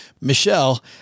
Michelle